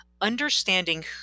understanding